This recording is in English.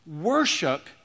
Worship